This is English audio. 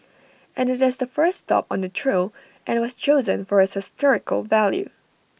and IT is the first stop on the trail and was chosen for its historical value